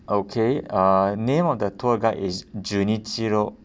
okay uh name of the tour guide is junichiro